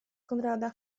konrada